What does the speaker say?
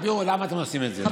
תסבירו למה אתם עושים את זה.